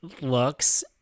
looks